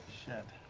shit.